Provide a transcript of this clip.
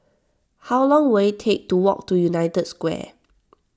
how long will it take to walk to United Square